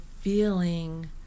feeling